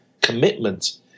commitment